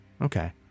Okay